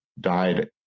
died